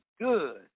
good